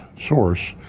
source